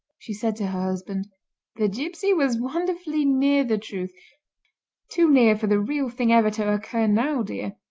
she said to her husband the gipsy was wonderfully near the truth too near for the real thing ever to occur now, dear